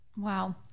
Wow